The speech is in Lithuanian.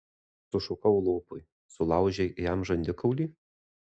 sušukau lopui sulaužei jam žandikaulį